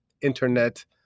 internet